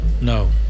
No